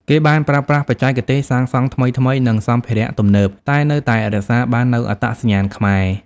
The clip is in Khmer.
គេបានប្រើប្រាស់បច្ចេកទេសសាងសង់ថ្មីៗ និងសម្ភារៈទំនើប តែនៅតែរក្សាបាននូវអត្តសញ្ញាណខ្មែរ។